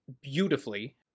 beautifully